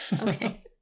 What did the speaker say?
Okay